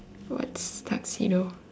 what's tuxedo